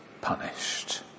punished